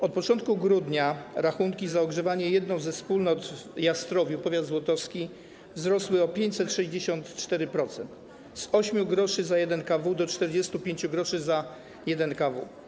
Od początku grudnia rachunki za ogrzewanie w jednej ze wspólnot w Jastrowiu, powiat złotowski, wzrosły o 564%, z 8 gr za 1 kW do 45 gr za 1 kW.